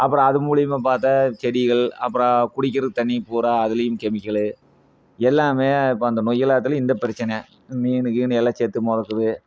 அப்புறம் அது மூலயமா பார்த்தா செடிகள் அப்புறம் குடிக்கிற தண்ணீர் பூரா அதுலையும் கெமிக்கலு எல்லாமே இப்போ அந்த நொய்யல் ஆற்றுல இந்த பிரச்சினை மீனு கீனு எல்லாம் செத்து மிதக்குது